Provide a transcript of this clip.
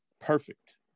perfect